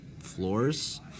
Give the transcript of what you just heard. floors